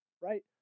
Right